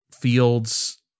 fields